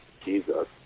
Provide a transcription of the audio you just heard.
Jesus